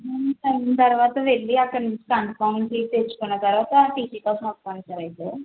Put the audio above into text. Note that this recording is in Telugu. అయిన తర్వాత వెళ్ళి అక్కడ నుంచి కన్ఫామ్ సీట్ తెచ్చుకున్న తర్వాత టీసి కోసం వస్తాను సార్ అయితే